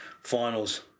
finals